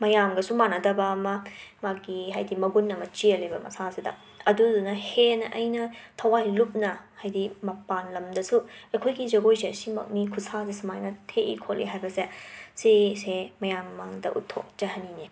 ꯃꯌꯥꯝꯒꯁꯨ ꯃꯥꯟꯅꯗꯕ ꯑꯃ ꯃꯥꯒꯤ ꯍꯥꯏꯗꯤ ꯃꯒꯨꯟ ꯑꯃ ꯆꯦꯜꯂꯦꯕ ꯃꯁꯥꯁꯤꯗ ꯑꯗꯨꯗꯨꯅ ꯍꯦꯟꯅ ꯑꯩꯅ ꯊꯋꯥꯏ ꯂꯨꯞꯅ ꯍꯥꯏꯗꯤ ꯃꯄꯥꯟꯂꯝꯗꯁꯨ ꯑꯩꯈꯣꯏꯒꯤ ꯖꯒꯣꯏꯁꯦ ꯁꯤꯃꯛꯅꯤ ꯈꯨꯠꯁꯥꯁꯤ ꯁꯨꯃꯥꯏꯅ ꯊꯦꯛꯏ ꯈꯣꯠꯂꯤ ꯍꯥꯏꯕꯁꯦ ꯁꯤꯒꯤꯁꯦ ꯃꯌꯥꯝ ꯃꯃꯥꯡꯗ ꯎꯠꯊꯣꯛꯆꯅꯤꯡꯏ